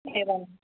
एवम्